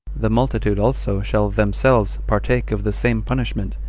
the multitude also shall themselves partake of the same punishment,